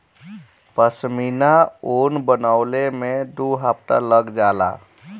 पश्मीना ऊन बनवले में दू हफ्ता लग जाला